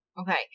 Okay